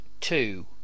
two